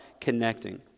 connecting